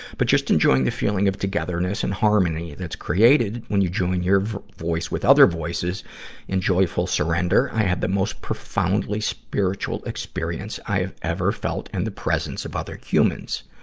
but just enjoying the feeling of togetherness and harmony that's created when you join your voice with other voices in joyful surrender, i had the most profoundly spiritual experience i have ever felt in and the presence of other humans.